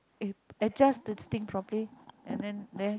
eh adjust this thing properly and then there